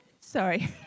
sorry